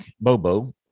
Bobo